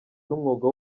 n’umwuga